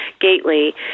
Gately